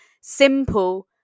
simple